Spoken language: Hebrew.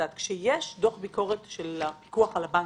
כשיש דוח ביקורת של הפיקוח על הבנקים,